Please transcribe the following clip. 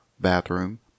bathroom